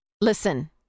Listen